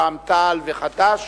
רע"ם-תע"ל וחד"ש.